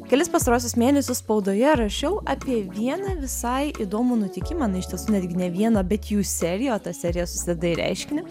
kelis pastaruosius mėnesius spaudoje rašiau apie vieną visai įdomų nutikimą iš tiesų netgi ne vieną bet jų seriją o ta serija susideda į reiškinį